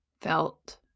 felt